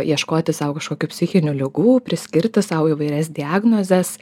ieškoti sau kažkokių psichinių ligų priskirti sau įvairias diagnozes